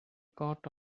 caught